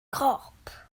cop